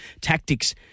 tactics